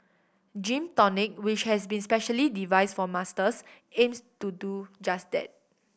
Gym Tonic which has been specially devised for Masters aims to do just that